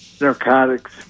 narcotics